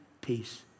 peace